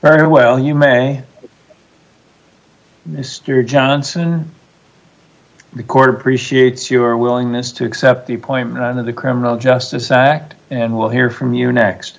very well you may mister johnson record appreciates your willingness to accept the point of the criminal justice act and we'll hear from you next